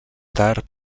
tard